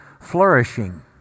flourishing